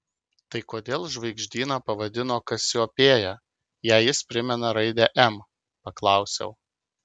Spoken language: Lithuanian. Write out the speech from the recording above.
tai kodėl žvaigždyną pavadino kasiopėja jei jis primena raidę m paklausiau